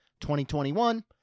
2021